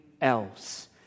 else